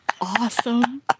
awesome